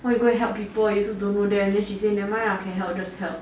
why you go help people you also don't know them then she say never mind ah can help just help